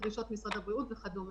דרישות משרד הבריאות וכדומה.